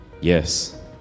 Yes